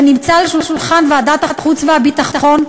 ונמצא על שולחן ועדת החוץ והביטחון,